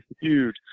huge